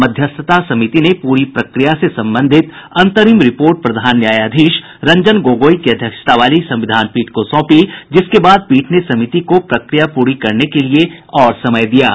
मध्यस्थता समिति ने पूरी प्रक्रिया से संबंधित अंतरिम रिपोर्ट प्रधान न्यायाधीश रंजन गोगोई की अध्यक्षता वाली संविधान पीठ को सौंपी जिसके बाद पीठ ने समिति को प्रक्रिया पूरी करने के लिए पन्द्रह अगस्त तक का समय दिया है